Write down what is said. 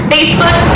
Facebook